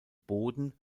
boden